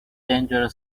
danger